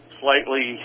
slightly